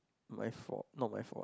my fault not my fault